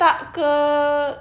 tak ke